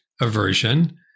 aversion